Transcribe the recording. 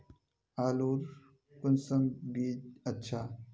आलूर कुंसम बीज अच्छा?